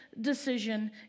decision